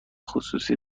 خصوصی